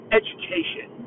education